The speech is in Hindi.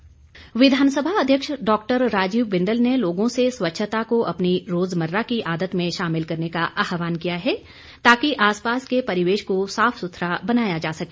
बिंदल विधानसभा अध्यक्ष डॉक्टर राजीव बिंदल ने लोगों से स्वच्छता को अपनी रोजमर्रा की आदत में शामिल करने का आहवान किया है ताकि आसपास के परिवेश को साफ सुथरा बनाया जा सके